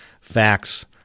facts